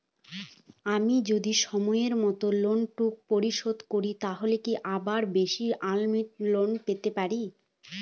আমি যদি সময় মত লোন টুকু পরিশোধ করি তাহলে কি আরো বেশি আমৌন্ট লোন পেতে পাড়ি?